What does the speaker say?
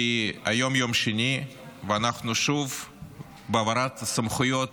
כי היום יום שני, ואנחנו שוב בהעברת סמכויות